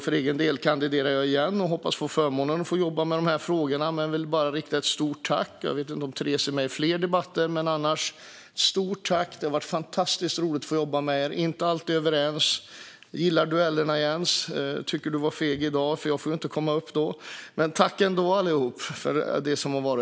Jag kandiderar igen och hoppas få förmånen att fortsätta jobba med de här frågorna. Jag vet inte om Teres är med i fler debatter, men annars vill jag rikta ett stort tack till dig. Det har varit fantastiskt roligt att jobba med er. Vi har inte alltid varit överens. Jag gillar duellerna, Jens. Men jag tycker att du var feg i dag; jag fick ju inte komma upp. Tack ändå, allihop!